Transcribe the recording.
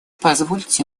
позвольте